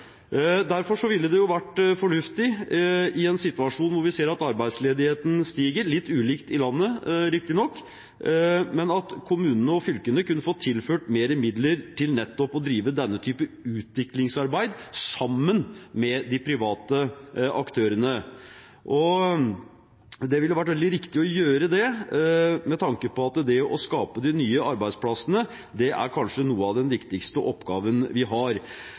Derfor ville det vært fornuftig i en situasjon der vi ser at arbeidsledigheten stiger – litt ulikt i landet, riktignok – at kommunene og fylkene fikk tilført mer midler til nettopp å drive denne type utviklingsarbeid sammen med de private aktørene. Det ville vært veldig riktig å gjøre det med tanke på at det å skape de nye arbeidsplassene kanskje er den viktigste oppgaven vi har.